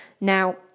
now